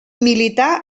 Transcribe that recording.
milità